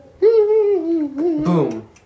Boom